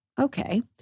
okay